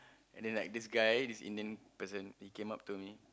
and then like this guy this Indian person he came up to me